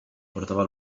portava